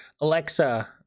alexa